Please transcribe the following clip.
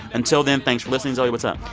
until then, thanks for listening zoe, what's up?